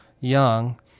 Young